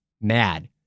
mad